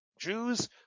Jews